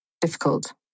difficult